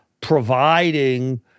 providing